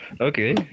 Okay